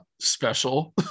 special